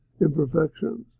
imperfections